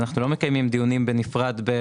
אנחנו לא מקיימים דיונים בנפרד.